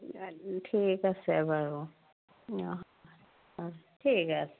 ঠিক আছে বাৰু অ অ ঠিক আছে